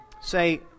say